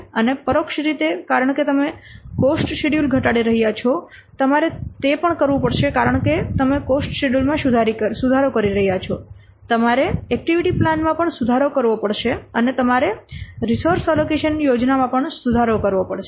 અને પરોક્ષ રીતે કારણ કે તમે કોસ્ટ શેડ્યૂલ ઘટાડી રહ્યાં છો તમારે તે પણ કરવું પડશે કારણ કે તમે કોસ્ટ શેડ્યૂલ માં સુધારો કરી રહ્યાં છો તમારે એક્ટિવિટી પ્લાન માં પણ સુધારો કરવો પડશે અને તમારે રિસોર્સ એલોકેશન યોજનામાં પણ સુધારો કરવો પડશે